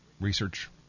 research